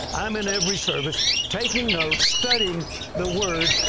i'm in every service taking notes, studying the word,